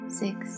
six